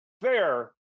fair